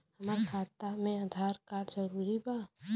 हमार खाता में आधार कार्ड जरूरी बा?